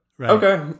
Okay